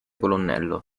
colonnello